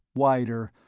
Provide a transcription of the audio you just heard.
wider,